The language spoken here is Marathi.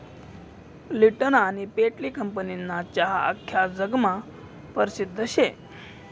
लिप्टन आनी पेटली कंपनीना चहा आख्खा जगमा परसिद्ध शे